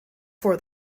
for